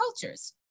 cultures